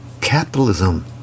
capitalism